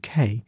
UK